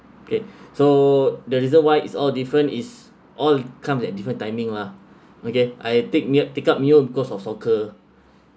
kay so the reason why is all different is all come at different timing lah okay I take mio pick up mio because of soccer